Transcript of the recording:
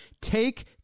Take